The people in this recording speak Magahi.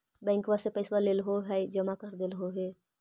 बैंकवा से पैसवा लेलहो है जमा कर देलहो हे?